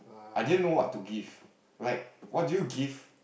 I didn't know what to give like what do you give